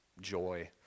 joy